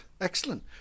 excellent